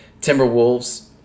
Timberwolves